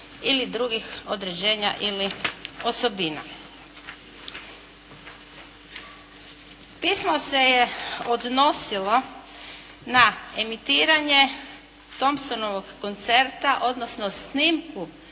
ili drugih određenja ili osobina. Pismo se je odnosilo na emitiranje Thompsonovog koncerta, odnosno snimku